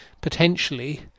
potentially